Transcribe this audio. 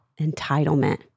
entitlement